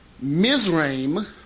Mizraim